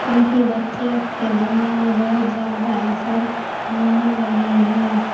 کیونکہ بچے کے دماغ میں بہت زیادہ اثر ہونے لگی ہے